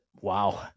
wow